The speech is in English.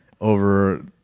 over